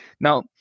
Now